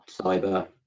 cyber